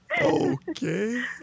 Okay